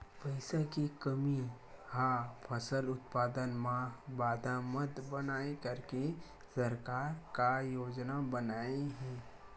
पईसा के कमी हा फसल उत्पादन मा बाधा मत बनाए करके सरकार का योजना बनाए हे?